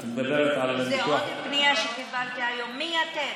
את מדבר על, זו עוד פנייה שקיבלתי היום מיתד.